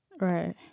Right